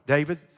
David